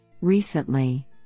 Recently